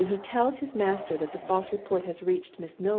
when he tells his master that the false report has reached miss milroy,